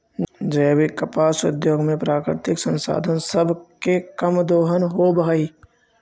जैविक कपास उद्योग में प्राकृतिक संसाधन सब के कम दोहन होब हई